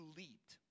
leaped